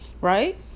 right